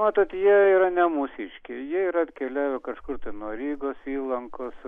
matot jie yra ne mūsiškiai jie yra atkeliavę kažkur ten nuo rygos įlankos